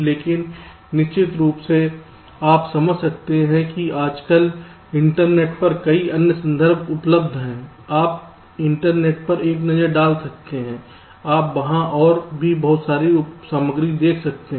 लेकिन निश्चित रूप से आप समझ सकते हैं कि आजकल इंटरनेट पर कई अन्य संदर्भ उपलब्ध हैं आप इंटरनेट पर एक नज़र डाल सकते हैं आप वहां और भी बहुत सारी उपलब्ध सामग्री देख सकते हैं